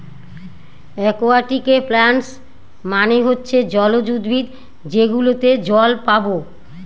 একুয়াটিকে প্লান্টস মানে হচ্ছে জলজ উদ্ভিদ যেগুলোতে জল পাবো